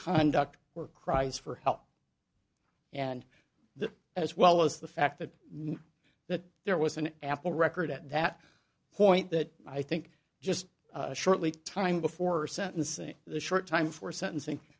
conduct were cries for help and that as well as the fact that that there was an apple record at that point that i think just shortly time before sentencing the short time for sentencing